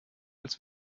als